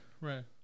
right